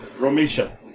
Romisha